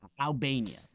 Albania